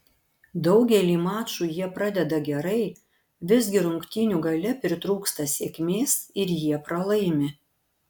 daugelį mačų jie pradeda gerai visgi rungtynių gale pritrūksta sėkmės ir jie pralaimi